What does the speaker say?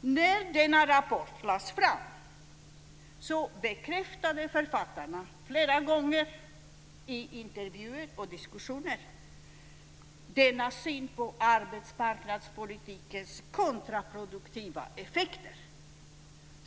När rapporten lades fram bekräftade författarna flera gånger i intervjuer och diskussioner denna syn på arbetsmarknadspolitikens kontraproduktiva effekter.